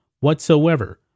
whatsoever